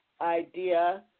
idea